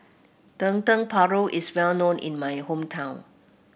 Dendeng Paru is well known in my hometown